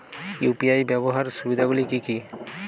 UPI ব্যাবহার সুবিধাগুলি কি কি?